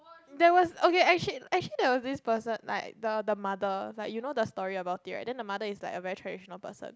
there was okay actually actually there was this person like the the mother like you know the story about it right then the mother is like a very traditional person